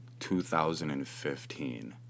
2015